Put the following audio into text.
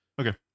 okay